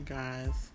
guys